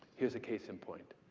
here's a case in point.